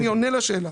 אני עונה על השאלה.